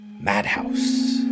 Madhouse